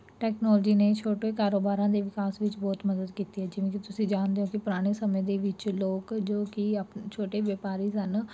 technology ਛੋਟੇ ਕਾਰੋਬਾਰਾਂ ਦੇ ਵਿਕਾਸ ਵਿੱਚ ਬਹੁਤ ਮਦਦ ਕੀਤੀ ਐ ਜਿਵੇਂ ਕੀ ਤੁਸੀਂ ਜਾਣਦੇ ਹੋ ਕੀ ਪੁਰਾਣੇ ਸਮੇਂ ਦੇ ਵਿੱਚ ਲੋਕ ਜੋ ਕੀ ਆਪ ਛੋਟੇ ਵਪਾਰੀ ਸਨ